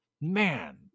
man